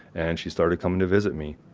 and she started coming to visit me.